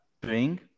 bring